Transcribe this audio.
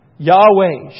Yahweh